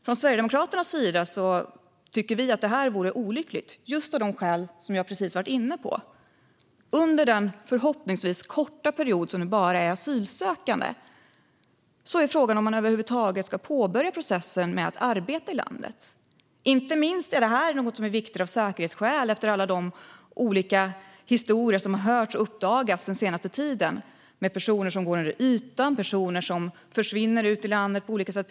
Från Sverigedemokraternas sida tycker vi att det vore olyckligt, av de skäl som jag precis har varit inne på. Under den förhoppningsvis korta period som en person bara är asylsökande är frågan om den över huvud taget ska påbörja processen med att arbeta i landet. Detta är inte minst viktigt av säkerhetsskäl, med tanke på alla olika historier som har uppdagats den senaste tiden om personer som går under jorden och personer som försvinner i landet på olika sätt.